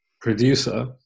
producer